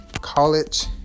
college